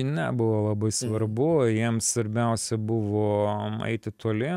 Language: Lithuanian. nebuvo labai svarbu jiems svarbiausia buvo eiti toli